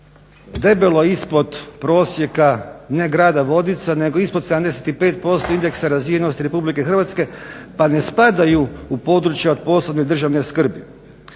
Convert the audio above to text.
debelo ispod prosjeka ne grada Vodica nego ispod 75% indeksa razvijenosti RH pa ne spadaju u područja od posebne državne skrbi.